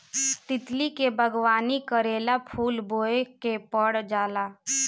तितली के बागवानी करेला फूल बोए के पर जाला